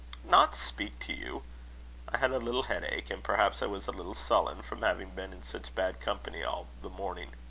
not speak to you i had a little headache and perhaps i was a little sullen, from having been in such bad company all the morning.